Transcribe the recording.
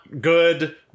good